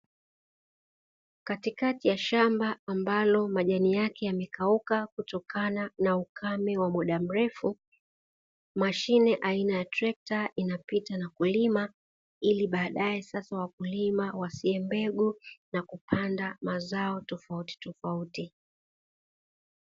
Katikati ya shamba ambalo majani yake yamekauka kutokana na ukame wa muda mrefu, mashine aina ya trekta inapita na kulima ili baadaye sasa wakulima wasie mbegu na kupanda mazao tofautitofauti.